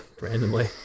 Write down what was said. randomly